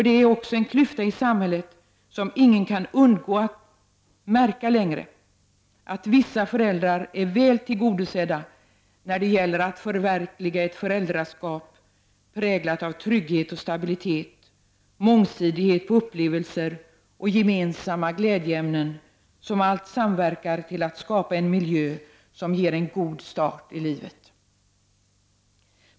Det finns också en klyfta i samhället som ingen längre kan undgå att märka, nämligen att vissa föräldrar är väl tillgodosedda när det gäller att förverkliga ett föräldraskap präglat av trygghet och stabilitet, mångsidighet när det gäller upplevelser och gemensamma glädjeämnen — faktorer som samverkar till att skapa en miljö som ger en god start i livet.